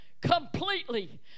completely